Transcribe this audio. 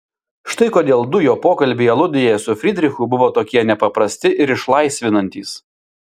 štai kodėl du jo pokalbiai aludėje su frydrichu buvo tokie nepaprasti ir išlaisvinantys